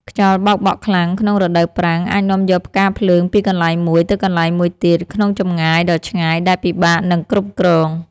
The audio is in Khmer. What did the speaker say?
ខ្យល់បោកបក់ខ្លាំងក្នុងរដូវប្រាំងអាចនាំយកផ្កាភ្លើងពីកន្លែងមួយទៅកន្លែងមួយទៀតក្នុងចម្ងាយដ៏ឆ្ងាយដែលពិបាកនឹងគ្រប់គ្រង។